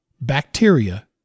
bacteria